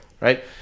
Right